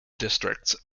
districts